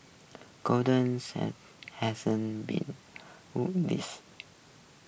golden Sachs hasn't been to this